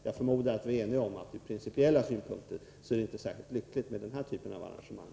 Jag förmodar att vi är eniga om att det ur principiell synpunkt inte är särskilt lyckligt med denna typ av arrangemang.